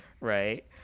right